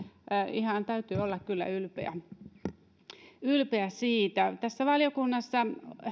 ihan täytyy kyllä olla ylpeä siitä valiokunnassa